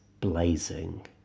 blazing